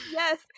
yes